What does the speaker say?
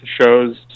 shows